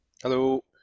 Hello